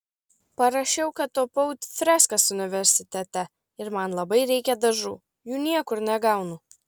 parašiau kad tapau freskas universitete ir man labai reikia dažų jų niekur negaunu